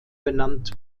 benannt